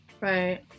Right